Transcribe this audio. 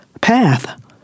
path